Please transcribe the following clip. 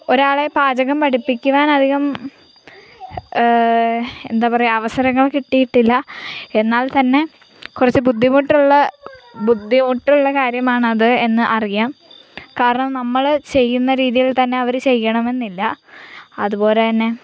ഒരാളെ പാചകം പഠിപ്പിക്കുവാൻ അധികം എന്താണ് പറയുക അവസരങ്ങൾ കിട്ടിയിട്ടില്ല എന്നാൽ തന്നെ കുറച്ച് ബുദ്ധിമുട്ടുള്ള ബുദ്ധിമുട്ടുള്ള കാര്യമാണ് അത് എന്ന് അറിയാം കാരണം നമ്മൾ ചെയ്യുന്ന രീതിയിൽ തന്നെ അവർ ചെയ്യണം എന്നില്ല അതുപോലെ തന്നെ